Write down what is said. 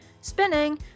spinning